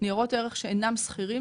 ניירות ערך שאינם שכירים.